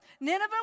Nineveh